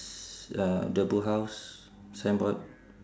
uh the boat house signboard